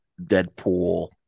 Deadpool